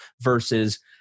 versus